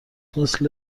مثل